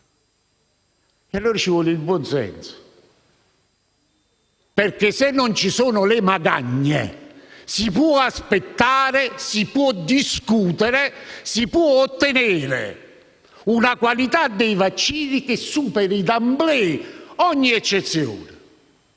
Allora ci vuole il buon senso. Se non ci sono le magagne, si può aspettare, si può discutere, si può ottenere una qualità dei vaccini che superi *d'emblée* ogni eccezione.